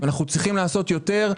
אנחנו צריכים לעשות יותר.